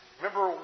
Remember